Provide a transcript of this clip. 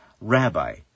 Rabbi